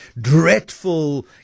dreadful